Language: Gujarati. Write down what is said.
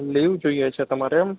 લીવ જોઈએ છે તમારે એમ